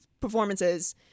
performances